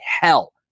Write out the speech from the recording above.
hell